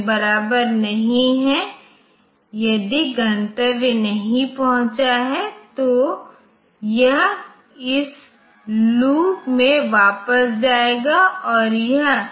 इसलिए जब मैं ग्रुपिंग करता हूं तो मैं इन दो बिट्सकी एक ग्रुपिंग में करता हूं